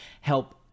help